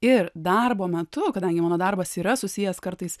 ir darbo metu kadangi mano darbas yra susijęs kartais